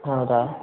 ಹೌದಾ